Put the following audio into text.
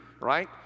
right